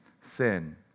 sin